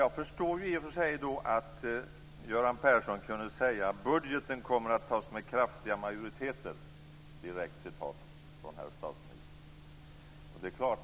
Jag förstår i och för sig att Göran Persson då kunde säga att budgeten kommer att tas med kraftiga majoriteter. Det är ett direkt citat av herr statsministern.